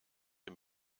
den